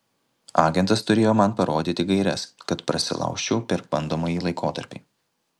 agentas turėjo man parodyti gaires kad prasilaužčiau per bandomąjį laikotarpį